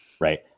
Right